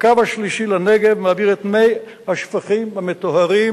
הקו השלישי לנגב מעביר את מי השפכים המטוהרים